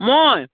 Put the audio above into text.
মই